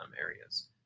areas